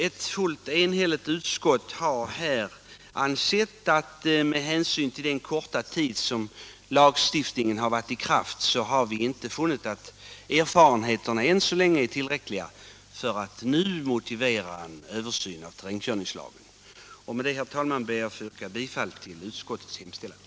Ett fullt enigt utskott har med hänsyn till den korta tid som terrängkörningslagen har varit i kraft inte funnit erfarenheterna av denna än så länge vara tillräckliga för att nu motivera en översyn av lagstiftningen. Med det anförda, herr talman, ber jag att få yrka bifall till utskottets hemställan.